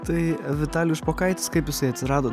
tai vitalijus špokaitis kaip jisai atsirado